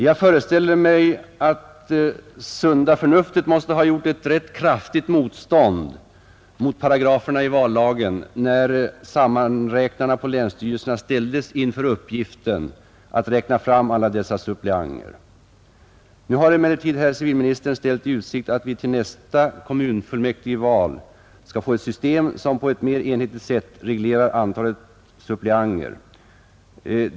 Jag föreställer mig att sunda förnuftet måste ha gjort ett rätt kraftigt motstånd mot paragraferna i vallagen, när sammanräknarna på länsstyrelserna ställdes inför uppgiften att räkna fram alla dessa suppleanter. Nu har emellertid civilministern ställt i utsikt att vi till nästa kommunfullmäktigeval skall få ett system som på ett mer enhetligt sätt reglerar antalet suppleanter.